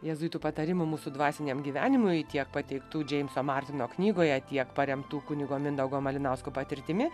jėzuitų patarimų mūsų dvasiniam gyvenimui tie pateiktų džeimso martino knygoje tiek paremtų kunigo mindaugo malinausko patirtimi